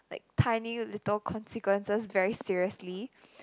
like tiny little consequences very seriously